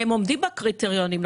למה עצרתם אותו?